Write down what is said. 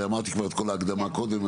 הרי אמרתי כבר את כל ההקדמה קודם,